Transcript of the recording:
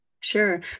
Sure